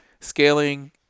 Scaling